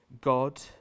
God